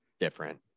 different